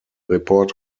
report